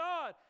God